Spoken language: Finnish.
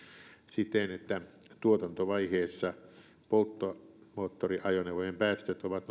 siten että tuotantovaiheessa polttomoottoriajoneuvojen päästöt ovat